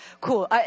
Cool